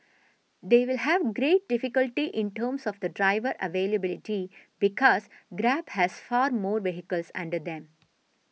they will have great difficulty in terms of the driver availability because Grab has far more vehicles under them